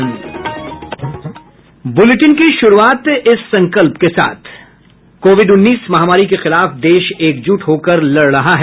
bulletin की शुरूआत इस संकल्प के साथ कोविड उन्नीस महामारी के खिलाफ देश एकजुट होकर लड़ रहा है